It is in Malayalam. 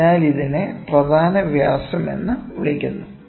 അതിനാൽ ഇതിനെ പ്രധാന വ്യാസം എന്ന് വിളിക്കുന്നു